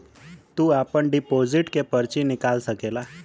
तू आपन डिपोसिट के पर्ची निकाल सकेला